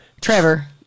Trevor